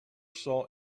saw